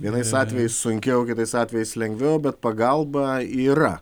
vienais atvejais sunkiau kitais atvejais lengviau bet pagalba yra